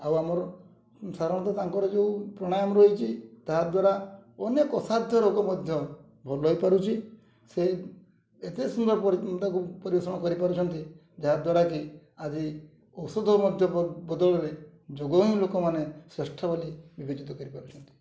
ଆଉ ଆମର ସାଧାରଣତଃ ତାଙ୍କର ଯେଉଁ ପ୍ରାଣାୟମ ରହିଛି ତାହାଦ୍ୱାରା ଅନେକ ଅସାଧ୍ୟ ରୋଗ ମଧ୍ୟ ଭଲ ହେଇପାରୁଛି ସେ ଏତେ ସୁନ୍ଦର ତାକୁ ପରିବେଷଣ କରିପାରୁଛନ୍ତି ଯାହାଦ୍ୱାରାକି ଆଜି ଔଷଧ ମଧ୍ୟ ବଦଳରେ ଯୋଗ ହିଁ ଲୋକମାନେ ଶ୍ରେଷ୍ଠ ବୋଲି ବିବେଚିତ କରିପାରୁଛନ୍ତି